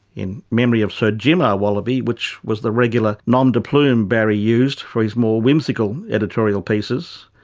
in memory of sir jim r wallaby, which was the regular nom-de-plume barry used for his more whimsical editorial pieces.